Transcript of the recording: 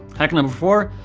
hack number four,